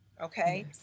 Okay